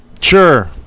Sure